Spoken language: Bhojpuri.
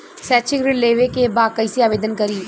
शैक्षिक ऋण लेवे के बा कईसे आवेदन करी?